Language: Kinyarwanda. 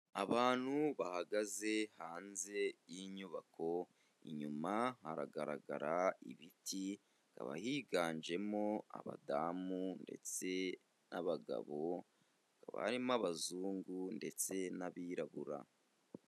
Abantu bahagaze hanze y'inyubako, inyuma haragaragara ibiti, hakaba higanjemo abadamu ndetse n'abagabo barimo abazungu ndetse n'abirabura.